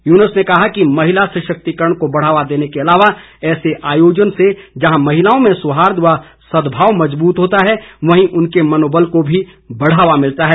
यूनुस ने कहा कि महिला सशक्तिकरण को बढ़ावा देने के अलावा ऐसे आयोजन से जहां महिलाओं में सौहार्द व सदभाव मजबूत होता है वहीं उनके मनोबल को भी बढ़ावा मिलता है